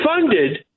funded